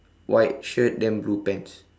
white shirt then blue pants